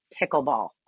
pickleball